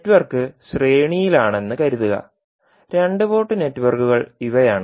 network ശ്രേണിയിലാണെന്ന് കരുതുക രണ്ട് പോർട്ട് നെറ്റ്വർക്കുകൾ ഇവയാണ്